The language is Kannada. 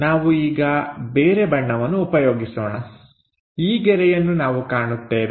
ನಾವು ಈಗ ಬೇರೆ ಬಣ್ಣವನ್ನು ಉಪಯೋಗಿಸೋಣ ಈ ಗೆರೆಯನ್ನು ನಾವು ಕಾಣುತ್ತೇವೆ